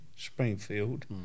Springfield